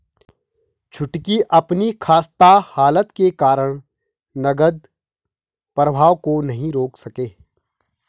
छुटकी अपनी खस्ता हालत के कारण नगद प्रवाह को नहीं रोक सके